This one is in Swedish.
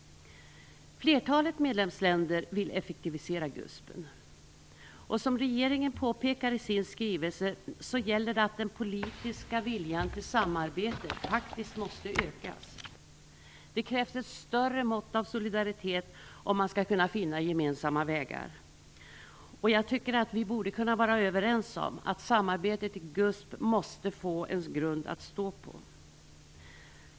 Flertalet medlemsländer vill effektivisera GUSP. Som regeringen påpekar i sin skrivelse gäller det att den politiska viljan till samarbete faktiskt måste öka. Det krävs ett större mått av solidaritet om man skall kunna finna gemensamma vägar. Jag tycker att vi borde kunna vara överens om att samarbetet i GUSP måste få en grund att stå på.